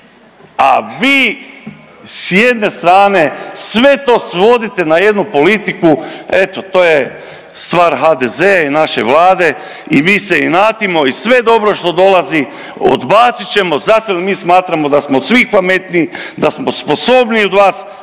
a vi s jedne strane sve to svodite na jednu politiku eto to je stvar HDZ-a i naše Vlade i mi se inatimo i sve je dobro što dolazi odbacit ćemo zato jer mi smatramo da smo svi pametniji, da smo sposobniji od vas,